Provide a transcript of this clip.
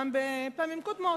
גם בפעמים קודמות,